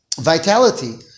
vitality